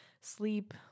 sleep